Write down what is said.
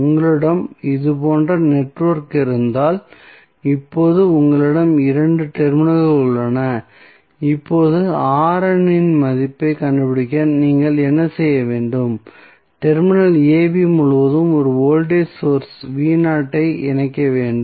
உங்களிடம் இது போன்ற நெட்வொர்க் இருந்தால் இப்போது உங்களிடம் 2 டெர்மினல்கள் உள்ளன இப்போது இன் மதிப்பைக் கண்டுபிடிக்க நீங்கள் என்ன செய்ய வேண்டும் டெர்மினல் ab முழுவதும் ஒரு வோல்டேஜ் சோர்ஸ் ஐ இணைக்க வேண்டும்